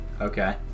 okay